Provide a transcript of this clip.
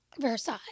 Versailles